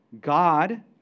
God